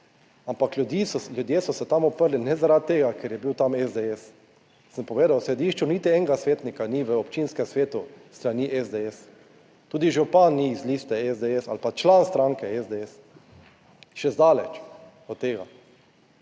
ljudi, ljudje so se tam uprli, ne zaradi tega, ker je bil tam SDS, sem povedal, v Središču niti enega svetnika ni v občinskem svetu s strani SDS tudi župan ni. Iz liste SDS ali pa član stranke SDS, še zdaleč od tega.